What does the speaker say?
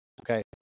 Okay